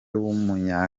w’umunya